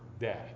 death